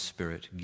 Spirit